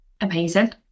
Amazing